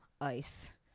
ice